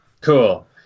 Cool